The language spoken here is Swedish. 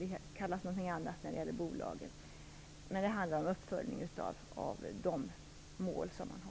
Det kallas någonting annat när det gäller bolagen, men det handlar om uppföljning av de mål som man har.